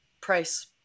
price